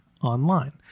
Online